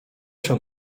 się